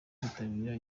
kwitabira